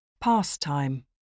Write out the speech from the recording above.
Pastime